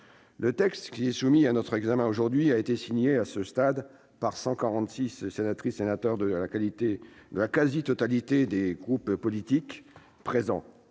Le texte qui est soumis à notre examen aujourd'hui a été signé, à ce stade, par cent quarante-six sénatrices et sénateurs de la quasi-totalité des groupes politiques. Cette